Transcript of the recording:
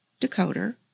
decoder